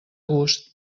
gust